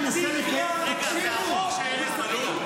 תקרא את החוק.